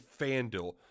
FanDuel